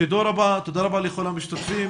תודה רבה לכל המשתתפים,